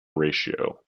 ratio